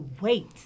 wait